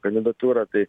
kandidatūrą tai